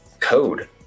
code